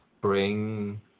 Bring